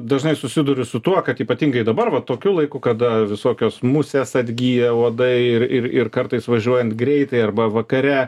dažnai susiduriu su tuo kad ypatingai dabar va tokiu laiku kada visokios musės atgija uodai ir kartais važiuojant greitai arba vakare